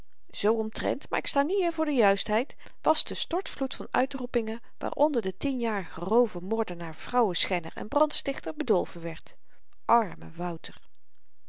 omtrent maar ik sta niet in voor de juistheid was de stortvloed van uitroepingen waaronder de tienjarige roover moordenaar vrouwenschenner en brandstichter bedolven werd arme wouter